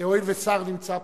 הואיל ושר נמצא פה,